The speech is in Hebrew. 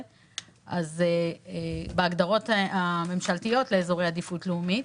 הוא לא רק גיאוגרפי כי בהגדרות הממשלתיות לאזורי עדיפות לאומית